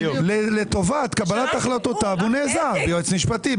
לטובת קבלת החלטותיו הוא נעזר ביועץ משפטי,